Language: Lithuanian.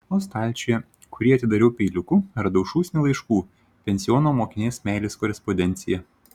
o stalčiuje kurį atidariau peiliuku radau šūsnį laiškų pensiono mokinės meilės korespondenciją